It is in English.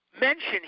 mention